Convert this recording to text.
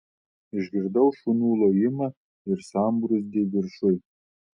išgirdau šunų lojimą ir sambrūzdį viršuj